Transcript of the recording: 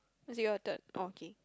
it is your turn okay